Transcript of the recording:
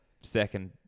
second